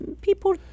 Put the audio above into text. people